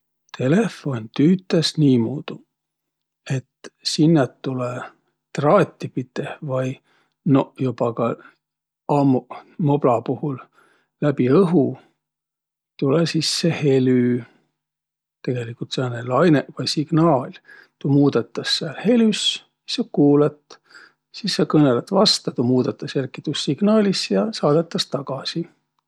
Telefon tüütäs niimuudu, et sinnäq tulõ traati piteh vai noq joba ka ammuq mobla puhul läbi õhu tulõ sisse helü, tegeligult sääne lainõq vai signaal. Tuu muudõtas sääl helüs, sis sa kuulõt. Sis sa kõnõlõt vasta, tuu muudõtas jälki tuus signaalis ja saadõtas tagasi.